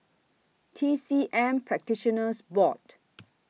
T C M Practitioners Board